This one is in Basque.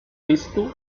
piztu